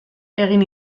egin